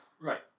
Right